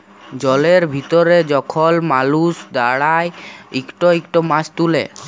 জলের ভিতরে যখল মালুস দাঁড়ায় ইকট ইকট মাছ তুলে